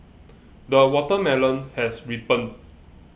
the watermelon has ripened